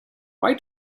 why